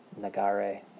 Nagare